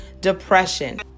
depression